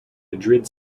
madrid